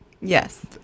Yes